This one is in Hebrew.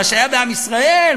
מה שהיה בעם ישראל,